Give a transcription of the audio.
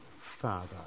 father